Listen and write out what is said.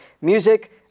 music